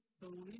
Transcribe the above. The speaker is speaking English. believe